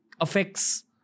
affects